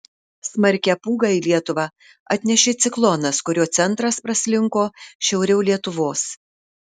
smarkią pūgą į lietuvą atnešė ciklonas kurio centras praslinko šiauriau lietuvos